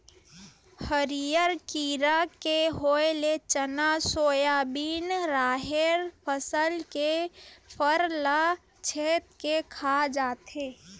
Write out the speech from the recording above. हरियर कीरा के होय ले चना, सोयाबिन, राहेर फसल के फर ल छेंद के खा जाथे